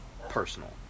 personal